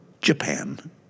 Japan